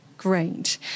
great